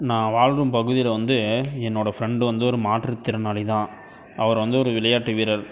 நான் வாழும் பகுதியில் வந்து என்னோடய ஃப்ரெண்டு வந்து ஒரு மாற்றுத்திறனாளி தான் அவர் வந்து ஒரு விளையாட்டு வீரர்